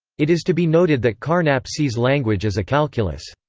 it is to be noted that carnap sees language as a calculus.